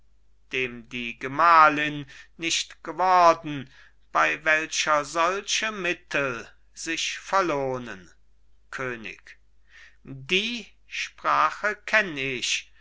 dem die gemahlin nicht geworden bei welcher solche mittel sich verlohnen könig die sprache kenn ich